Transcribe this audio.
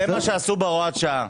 זה מה שעשו בהוראת שעה.